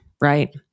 right